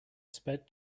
sped